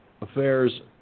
affairs